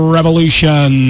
Revolution